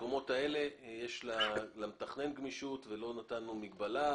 במקומות האלה יש למתכנן גמישות, לא נתנו מגבלה.